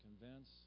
convince